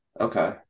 Okay